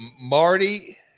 Marty